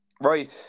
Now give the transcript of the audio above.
right